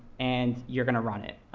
and you're going to run it.